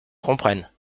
comprenne